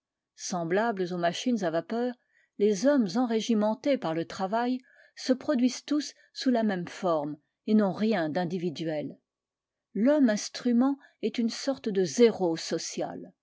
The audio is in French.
semblables aux rriachines à vapeur les hommes enrégimentés par le travail se produisent tous sous la même forme et n'ont rien d'individuel l'hommeinstrument est une sorte de zéro social